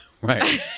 Right